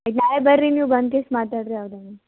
ನಾಳೆ ಬರ್ರಿ ನೀವು ಬಂದು ದಿವಸ ಮಾತಾಡ್ರಿ ಅವ್ರನ್ನು